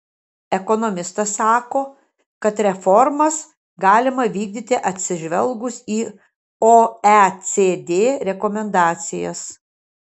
ekonomistas sako kad reformas galima vykdyti atsižvelgus į oecd rekomendacijas